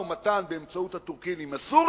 המשא-ומתן באמצעות הטורקים עם הסורים,